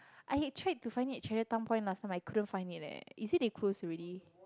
I had tried to find it at Chinatown-Point last time I couldn't find it leh is it they closed already